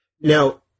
Now